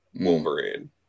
Wolverine